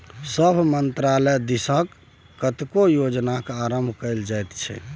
सभ मन्त्रालय दिससँ कतेको योजनाक आरम्भ कएल जाइत छै